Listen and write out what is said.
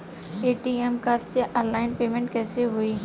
ATM card से online payment कैसे होई?